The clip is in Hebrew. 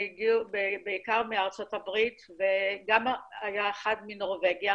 שהגיעו בעיקר מארצות הברית, וגם היה אחד מנורבגיה